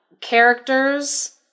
characters